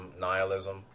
nihilism